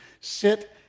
sit